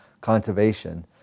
conservation